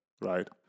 right